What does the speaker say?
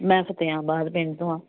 ਮੈਂ ਫਤਿਹਾਬਾਦ ਪਿੰਡ ਤੋਂ ਆ